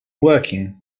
working